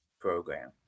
program